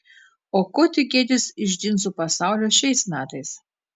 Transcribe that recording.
o ko tikėtis iš džinsų pasaulio šiais metais